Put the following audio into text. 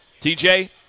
TJ